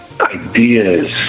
Ideas